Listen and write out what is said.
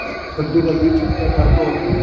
कद्दू का बीज चपटे आकार का होता है